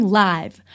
live